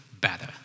better